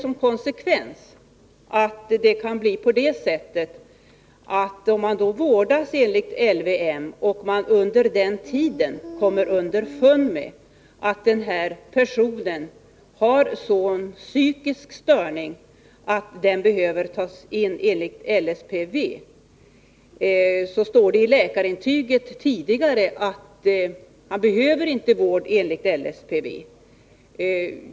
Om en person vårdas enligt LVM och man under tiden kommer underfund med att han har en sådan psykisk störning att han behöver tas in enligt LSPV och det står i läkarintyget att han inte behöver vård enligt LSPV, då kan det bli komplikationer.